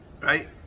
right